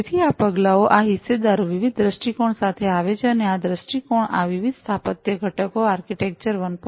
તેથી આ પગલાઓ આ હિસ્સેદારો વિવિધ દ્રષ્ટિકોણ સાથે આવે છે અને આ દ્રષ્ટિકોણ આ વિવિધ સ્થાપત્ય ઘટકો આર્કિટેક્ચર 1